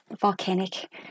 volcanic